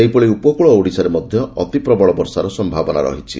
ସେହିଭଳି ଉପକୁଳ ଓଡ଼ିଶାରେ ମଧ୍ଧ ଅତି ପ୍ରବଳ ବର୍ଷାର ସମ୍ଭାବନା ରହିଛି